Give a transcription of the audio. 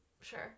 Sure